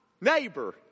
neighbor